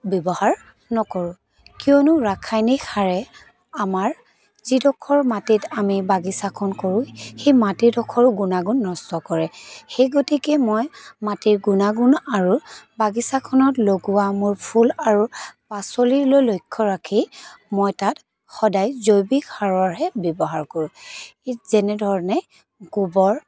ব্যৱহাৰ নকৰোঁ কিয়নো ৰাসায়নিক সাৰে আমাৰ যিডখৰ মাটিত আমি বাগিচাখন কৰোঁ সেই মাটি ডোখৰৰ গুণাগুণ নষ্ট কৰে সেই গতিকে মই মাটিৰ গুণাগুণ আৰু বাগিচাখনত লগোৱা মোৰ ফুল আৰু পাচলিলৈ লক্ষ্য ৰাখি মই তাত সদায় জৈৱিক সাৰৰহে ব্যৱহাৰ কৰোঁ যেনে ধৰণে গোবৰ